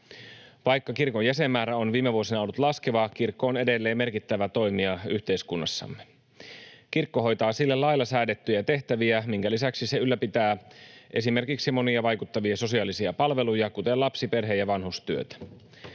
Vaikka kirkon jäsenmäärä on viime vuosina ollut laskeva, kirkko on edelleen merkittävä toimija yhteiskunnassamme. Kirkko hoitaa sille lailla säädettyjä tehtäviä, minkä lisäksi se ylläpitää esimerkiksi monia vaikuttavia sosiaalisia palveluja, kuten lapsi‑, perhe‑ ja vanhustyötä.